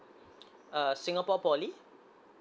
uh singapore poly